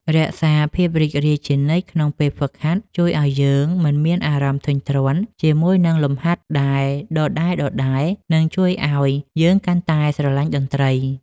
រក្សាភាពរីករាយជានិច្ចក្នុងពេលហ្វឹកហាត់ជួយឱ្យយើងមិនមានអារម្មណ៍ធុញទ្រាន់ជាមួយនឹងលំហាត់ដែលដដែលៗ និងជួយឱ្យយើងកាន់តែស្រឡាញ់តន្ត្រី។